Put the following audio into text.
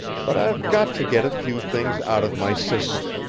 but i've got to get a few things out of my system.